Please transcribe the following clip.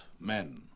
men